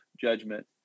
judgment